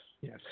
Yes